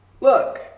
look